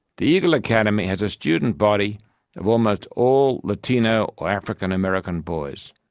the eagle academy has a student body of almost all latino or african-american boys.